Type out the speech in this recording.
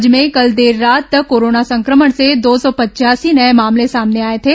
राज्य में कल देर रात तक कोरोना संक्रमण के दो सौ पचयासी नये मामले सामने आए थे